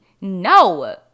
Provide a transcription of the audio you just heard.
No